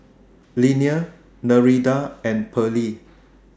Linnea Nereida and Pearle